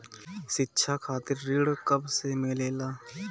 शिक्षा खातिर ऋण कब से मिलेला?